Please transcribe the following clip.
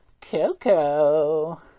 Coco